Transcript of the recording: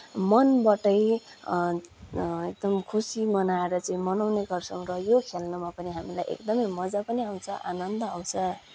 मनबाटै एकदम खुसी मनाएर चाहिँ मनाउने गर्छौँ र यो खेल्नमा हामीलाई एकदमै मज्जा पनि आउछ आनन्द आउछ